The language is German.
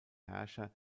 herrscher